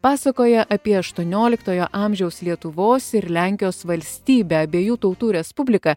pasakoja apie aštuonioliktojo amžiaus lietuvos ir lenkijos valstybę abiejų tautų respubliką